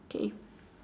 okay